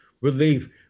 relief